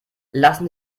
lassen